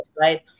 right